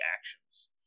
actions